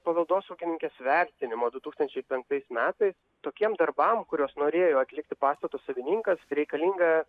paveldosaugininkės vertinimo du tūkstančiai penktais metais tokiem darbam kuriuos norėjo atlikti pastato savininkas reikalinga